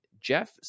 jeff